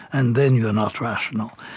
and then you are not rational.